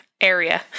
area